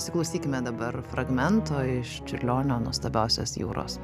įsiklausykime dabar fragmento iš čiurlionio nuostabiausios jūros